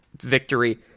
victory